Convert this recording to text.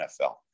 NFL